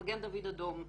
מגן דוד אדום,